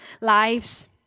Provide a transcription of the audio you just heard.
lives